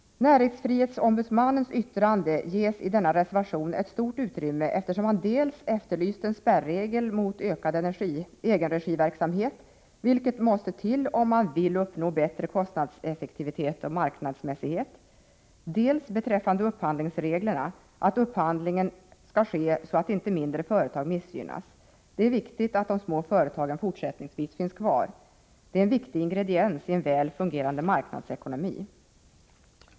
Näringsfrihetsombudsmannens yttrande ges i denna reservation ett stort utrymme, eftersom han dels efterlyser en spärregel mot ökad egenregiverksamhet, vilket måste till om man vill uppnå bättre kostnadseffektivitet och marknadsmässighet, dels önskar beträffande upphandlingsreglerna att upphandlingen sker så, att inte mindre företag missgynnas. Det är viktigt att de små företagen fortsättningsvis finns kvar. De är en viktig ingrediens i en väl fungerande marknadsekonomi.